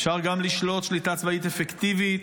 אפשר גם לשלוט שליטה צבאית אפקטיבית.